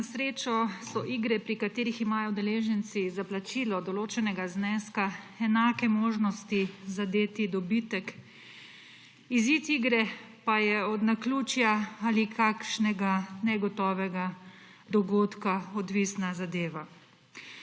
na srečo so igre, pri katerih imajo udeleženci za plačilo določenega zneska enake možnosti zadeti dobitek, izid igre pa je od naključja ali kakšnega negotovega dogodka odvisna zadeva.